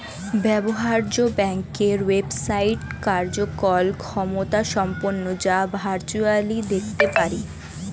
ব্যবহার্য ব্যাংকের ওয়েবসাইট কার্যকর ক্ষমতাসম্পন্ন যা ভার্চুয়ালি দেখতে পারি